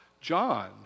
John